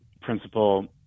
principal